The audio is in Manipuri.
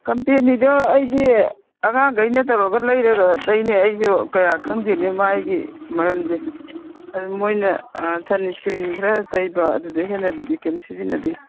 ꯀꯝꯄꯦꯅꯤꯗꯣ ꯑꯩꯗꯤ ꯑꯉꯥꯡꯈꯩꯅ ꯇꯧꯔꯒ ꯂꯩꯔꯒ ꯇꯩꯅꯦ ꯑꯩꯁꯨ ꯀꯌꯥ ꯈꯪꯗꯦꯅꯦ ꯃꯥꯏꯒꯤ ꯃꯔꯝꯁꯦ ꯑꯗꯨ ꯃꯣꯏꯅ ꯁꯟꯁ꯭ꯀꯔꯤꯟ ꯈꯔ ꯇꯩꯕ ꯑꯗꯨꯗꯩ ꯍꯦꯟꯅꯕꯨꯗꯤ ꯀꯩꯏꯝ ꯁꯤꯖꯤꯟꯅꯗꯦ